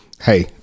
Hey